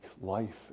life